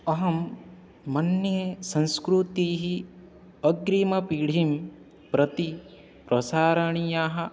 अहं मन्ये संस्कृतिः अग्रिमपीढिं प्रति प्रसारणीया